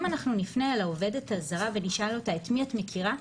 אם אנחנו נפנה אל העובדת הזרה ונשאל אותה את מי את מכירה,